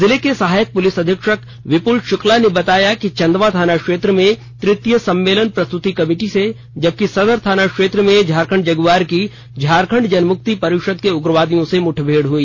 जिले के सहायक पुलिस अधीक्षक विप्ल शुक्ला ने बताया कि चंदवा थाना क्षेत्र में तृतीय सम्मेलन प्रस्तृति कमेटी से जबकि सदर थाना क्षेत्र में झारखंड जगुआर की झारखंड जनमुक्ति परिषद के उग्रवादियों से मुठभेड़ हुई